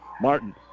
Martin